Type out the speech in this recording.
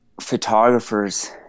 photographers